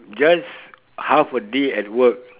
just half a day at work